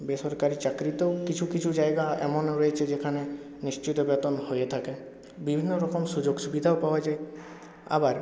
বেসরকারি চাকরিতেও কিছু কিছু জায়গা এমনও রয়েছে যেখানে নিশ্চিত বেতন হয়ে থাকে বিভিন্ন রকম সুযোগ সুবিধাও পাওয়া যায় আবার